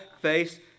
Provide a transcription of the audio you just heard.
face